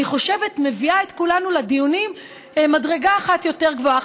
אני חושבת שהיא מביאה את כולנו לדיונים במדרגה אחת יותר גבוהה.